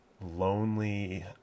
lonely